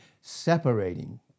separating